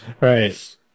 Right